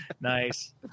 Nice